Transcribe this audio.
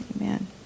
amen